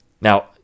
Now